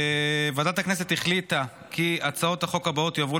ועדת הכנסת החליטה כי הצעות החוק הבאות יועברו